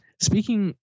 Speaking